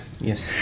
Yes